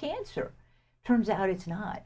cancer turns out it's not